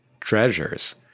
treasures